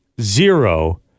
zero